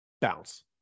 bounce